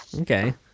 Okay